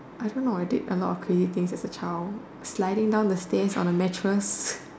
I don't know I did a lot of crazy things as a child sliding down the stairs on a mattress